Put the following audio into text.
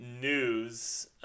news